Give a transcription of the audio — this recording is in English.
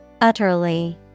utterly